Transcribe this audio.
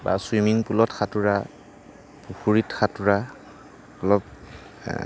বা ছুইমিং পুলত সাঁতোৰা পুখুৰীত সাঁতোৰা অলপ